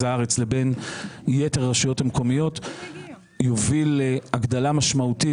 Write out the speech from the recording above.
הארץ לבין יתר הרשויות המקומיות יוביל להגדלה משמעותית